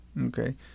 Okay